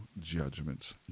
judgments